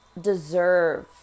deserve